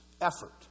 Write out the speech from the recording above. effort